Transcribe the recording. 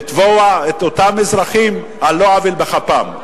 לתבוע את אותם אזרחים על לא עוול בכפם.